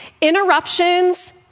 Interruptions